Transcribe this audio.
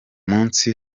munsi